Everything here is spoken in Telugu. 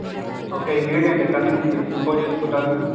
ఓకే ఇంగ్రిడియెంట్ ఎక్కడ నుంచి ఇంపోర్ట్ చేసుకుంటారు మీరు